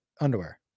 underwear